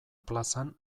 plazan